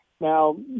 now